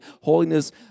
Holiness